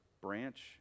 Branch